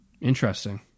Interesting